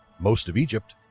most of egypt,